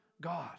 God